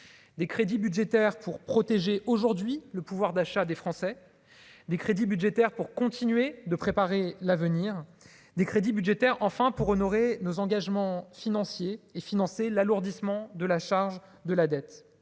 des crédits budgétaires pour protéger aujourd'hui le pouvoir d'achat des Français, des crédits budgétaires pour continuer de préparer l'avenir des crédits budgétaires enfin pour honorer nos engagements financiers et financer l'alourdissement de la charge de la dette,